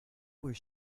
were